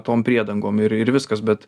tom priedangom ir ir viskas bet